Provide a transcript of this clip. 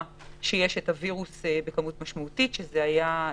שיש את הווירוס הזה בכמות משמעותית בריטניה,